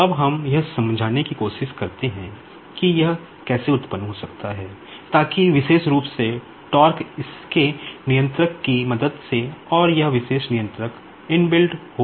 अब हम यह समझाने की कोशिश करते हैं कि यह कैसे उत्पन्न हो सकता है ताकि विशेष रूप से इसके कंट्रोलर हो